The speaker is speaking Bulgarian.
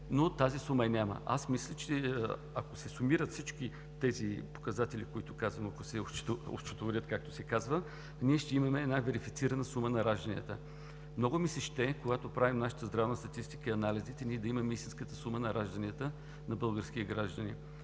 но тази сума я няма. Мисля, че ако се сумират всички тези показатели, които казвам, ако се осчетоводят, както се казва, ние ще имаме една верифицирана сума на ражданията. Много ми се иска, когато правим нашата здравна статистика и анализите, да имаме истинската сума на ражданията на български граждани.